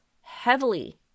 heavily